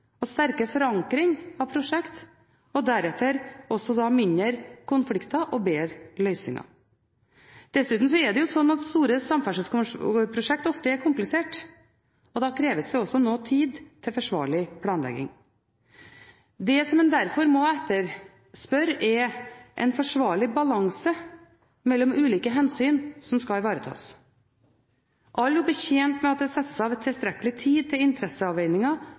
og sterkere forankring av prosjekter og deretter også mindre konflikter og bedre løsninger. Dessuten er jo store samferdselsprosjekter ofte kompliserte, og da kreves det også noe tid til forsvarlig planlegging. Det man derfor må etterspørre, er en forsvarlig balanse mellom ulike hensyn som skal ivaretas. Alle er tjent med at det settes av tilstrekkelig tid til interesseavveininger,